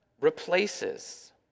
replaces